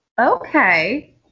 Okay